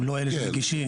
הם לא אלה שמגישים.